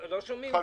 וגם לא שומעים.